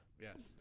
Yes